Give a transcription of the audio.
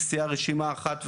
וסיעה רשימה אחת,